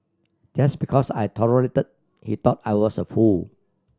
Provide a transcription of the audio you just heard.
just because I tolerated he thought I was a fool